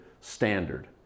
standard